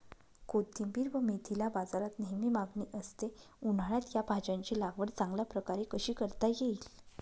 कोथिंबिर व मेथीला बाजारात नेहमी मागणी असते, उन्हाळ्यात या भाज्यांची लागवड चांगल्या प्रकारे कशी करता येईल?